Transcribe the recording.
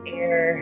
air